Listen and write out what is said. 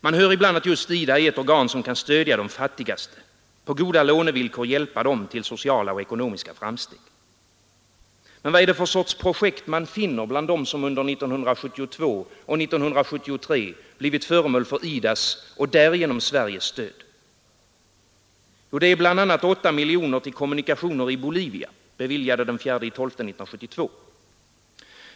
Man hör ibland att just IDA är ett organ som kan stödja de fattigaste, på goda lånevillkor hjälpa dem till sociala och ekonomiska framsteg. Men var är det för sorts projekt man finner bland dem som under 1972 och 1973 blivit föremål för IDA :s och därigenom Sveriges stöd? Det är bl.a. 8 miljoner till kommunikationer i Bolivia, beviljade den 4 december 1972.